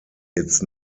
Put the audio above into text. its